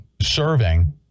serving